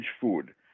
food